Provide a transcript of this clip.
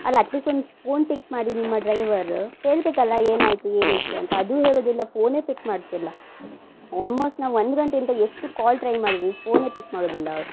ಅಲ್ಲಾ ಅಟ್ಲೀಸ್ಟ್ ಒಂದು phone pick ಮಾಡಿ ನಿಮ್ಮ ಡ್ರೈವರ್ ಹೇಳ್ಬೇಕಲ್ಲಾ ಏನಾಯಿತು ಏನು ಇಶ್ಯು ಅಂತ ಅದು ಹೇಳೋದಿಲ್ಲ ಫೋನೇ ಪಿಕ್ ಮಾಡ್ತಿಲ್ಲ ಆಲ್ಮೋಸ್ಟ್ ನಾವು ಒಂದು ಗಂಟೆಯಿಂದ ಎಷ್ಟು ಕಾಲ್ ಟ್ರೈ ಮಾಡಿದೀವಿ ಫೋನೇ ಪಿಕ್ ಮಾಡೋದಿಲ್ಲ ಅವರು